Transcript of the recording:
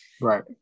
Right